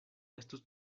estus